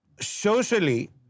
socially